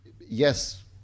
yes